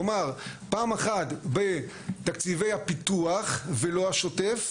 כלומר, פעם אחת בתקציבי הפיתוח, ולא השוטף,